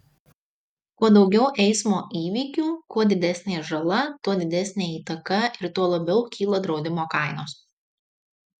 kuo daugiau eismo įvykių kuo didesnė žala tuo didesnė įtaka ir tuo labiau kyla draudimo kainos